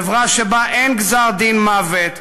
חברה שבה אין גזר-דין מוות,